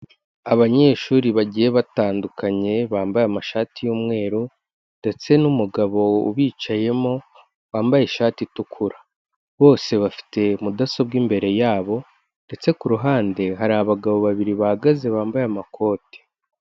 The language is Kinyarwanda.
Abanyeshuri bagiye batandukanye, bambaye amashati y'umweru ndetse n'umugabo ubicayemo, wambaye ishati itukura. Bose bafite mudasobwa imbere yabo ndetse ku ruhande, hari abagabo babiri bahagaze, bambaye amakote.